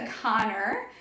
connor